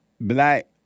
black